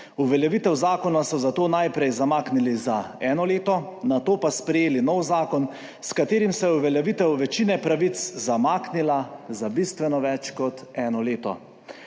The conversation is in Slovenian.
Uveljavitev zakona so zato najprej zamaknili za eno leto, nato pa sprejeli nov zakon, s katerim se je uveljavitev večine pravic zamaknila za bistveno več kot eno leto.